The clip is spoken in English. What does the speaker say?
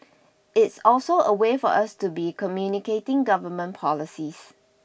it's also a way for us to be communicating government policies